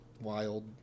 wild